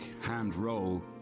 hand-roll